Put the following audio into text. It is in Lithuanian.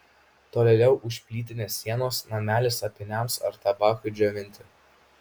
tolėliau už plytinės sienos namelis apyniams ar tabakui džiovinti